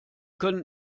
können